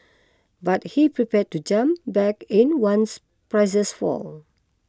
but he's prepared to jump back in once prices fall